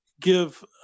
give